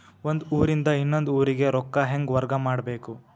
ಒಂದ್ ಊರಿಂದ ಇನ್ನೊಂದ ಊರಿಗೆ ರೊಕ್ಕಾ ಹೆಂಗ್ ವರ್ಗಾ ಮಾಡ್ಬೇಕು?